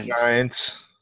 Giants